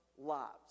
lives